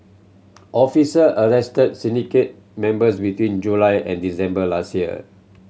officer arrested syndicate members between July and December last year